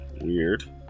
Weird